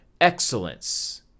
Excellence